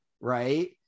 right